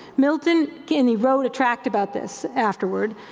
milton, again, he wrote a tract about this afterward,